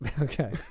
Okay